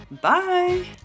bye